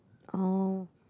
oh